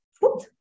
food